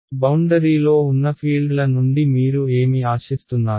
కాబట్టి బౌండరీలో ఉన్న ఫీల్డ్ల నుండి మీరు ఏమి ఆశిస్తున్నారు